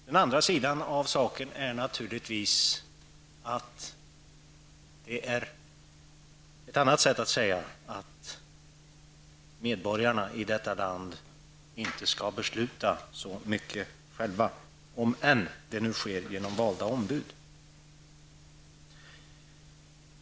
Den andra sidan av saken är naturligtvis att det är ett annat sätt att säga att medborgarna i detta land inte skall besluta så mycket själva, om det än sker genom valda ombud.